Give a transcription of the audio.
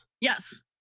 Yes